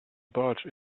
barge